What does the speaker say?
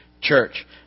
church